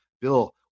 Bill